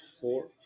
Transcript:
four